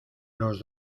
los